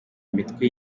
imitwe